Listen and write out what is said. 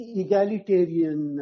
egalitarian